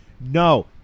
No